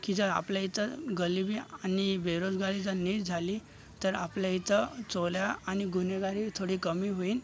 की जर आपल्या इथं गरिबी आणि बेरोजगारी जर नीट झाली तर आपल्या इथं चोऱ्या आणि गुन्हेगारी थोडी कमी होईल